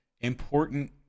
important